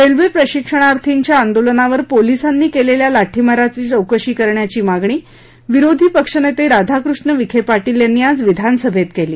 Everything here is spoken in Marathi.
रेल्वे प्रशिक्षणार्थींच्या आंदोलनावर पोलिसांनी केलेल्या लाठीमाराची चौकशी करण्याची मागणी विरोधी पक्षनेते राधाकृष्ण विखे पाटील यांनी आज विधानसभेत केली